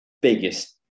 biggest